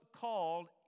called